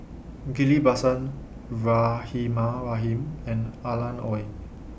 Ghillie BaSan Rahimah Rahim and Alan Oei